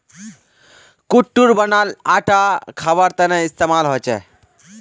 कुट्टूर बनाल आटा खवार तने इस्तेमाल होचे